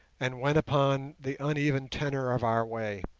and went upon the uneven tenor of our way.